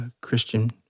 Christian